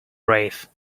brave